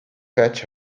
fetch